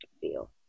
feel